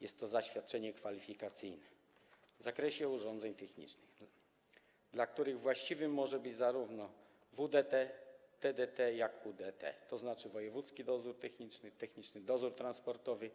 Chodzi o zaświadczenie kwalifikacyjne w zakresie urządzeń technicznych, dla których właściwy może być zarówno WDT, TDT jak i UDT, tzn. wojewódzki dozór techniczny, Techniczny Dozór Transportowy